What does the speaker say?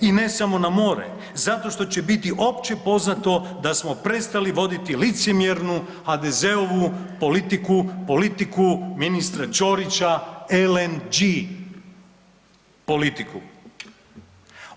I ne samo na more, zato što će biti općepoznato da smo prestali voditi licemjernu HDZ-ovu politiku, politiku ministra Ćorića, LNG politiku.